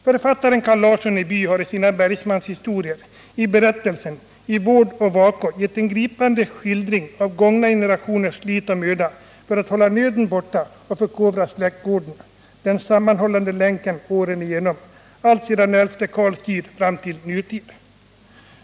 Författaren Carl Larsson i By har i sina Bergsmanshistorier i berättelsen ”I vård och vako” gett en gripande skildring av gångna generationers flit och möda för att hålla nöden borta och förkovra släktgården, den sammanhållande länken åren igenom alltsedan elfte Karls tid till nutid.